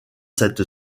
cette